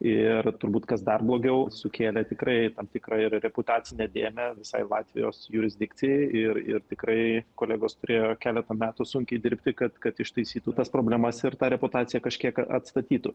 ir turbūt kas dar blogiau sukėlė tikrai tam tikrą ir reputacinę dėmę visai latvijos jurisdikcijai ir ir tikrai kolegos turėjo keletą metų sunkiai dirbti kad kad ištaisytų tas problemas ir tą reputaciją kažkiek a atstatytų